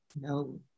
No